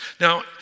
Now